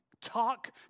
talk